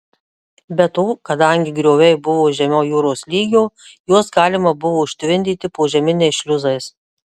be to kadangi grioviai buvo žemiau jūros lygio juos galima buvo užtvindyti požeminiais šliuzais